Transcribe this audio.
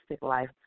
life